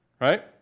right